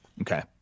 Okay